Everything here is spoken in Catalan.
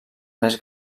més